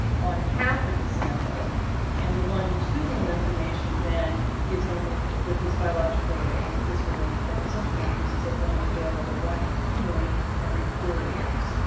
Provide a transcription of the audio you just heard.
on half of the sample and longitudinal information then is only with these biological and physical and psychosocial measures is ah only available longitudinally every four years.